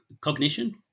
Cognition